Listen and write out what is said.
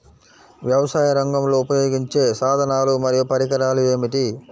వ్యవసాయరంగంలో ఉపయోగించే సాధనాలు మరియు పరికరాలు ఏమిటీ?